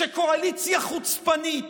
שקואליציה חוצפנית,